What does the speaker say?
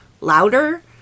louder